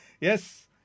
Yes